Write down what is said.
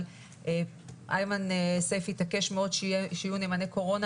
אבל איימן סייף התעקש מאוד שיהיו נאמני קורונה